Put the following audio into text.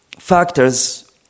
Factors